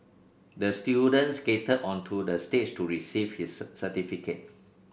the student skated onto the stage to receive his certificate